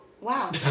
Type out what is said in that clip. wow